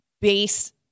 base